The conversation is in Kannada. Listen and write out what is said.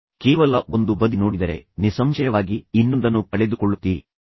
ನೀವು ಕೇವಲ ಒಂದು ಬದಿ ಅನ್ನು ನೋಡಿದರೆ ನೀವು ನಿಸ್ಸಂಶಯವಾಗಿ ಇನ್ನೊಂದನ್ನು ಕಳೆದುಕೊಳ್ಳುತ್ತೀರಿ